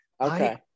Okay